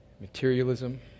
materialism